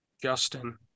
Justin